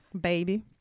Baby